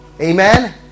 Amen